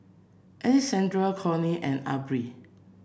Alexandria Corinne and Aubrey